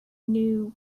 knew